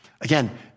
Again